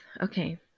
Okay